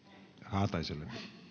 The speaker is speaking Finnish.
haataiselle